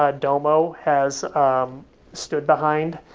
ah domo, has um stood behind.